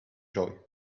joy